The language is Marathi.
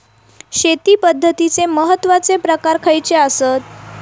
शेती पद्धतीचे महत्वाचे प्रकार खयचे आसत?